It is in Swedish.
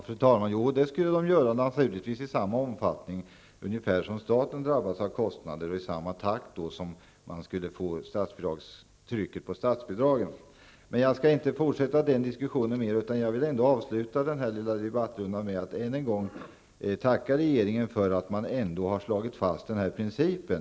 Fru talman! Jo, kommunerna skulle naturligtvis drabbas i samma omfattning som staten. De skulle också drabbas i samma takt som trycket på statsbidragen uppstår. Jag skall inte fortsätta denna diskussion, utan jag vill avsluta denna lilla debattrunda med att än en gång tacka regeringen för att den ändå har slagit fast denna princip.